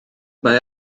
mae